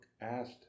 asked